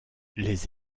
les